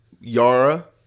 Yara